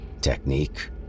Technique